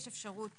יש אפשרות